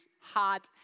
hot